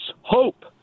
hope